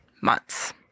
months